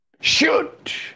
Shoot